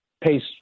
pace